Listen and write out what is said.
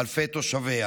אלפי תושביה,